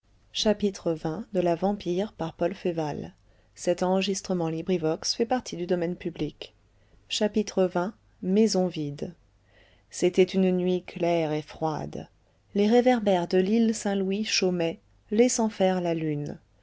maison vide c'était une nuit claire et froide les réverbères de l'île saint-louis chômaient laissant faire la lune